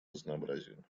разнообразием